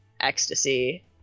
ecstasy